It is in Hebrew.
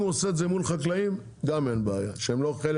אם הוא עושה את זה מול חקלאים שהם לא חלק